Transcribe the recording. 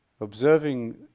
Observing